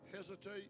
Hesitate